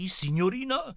signorina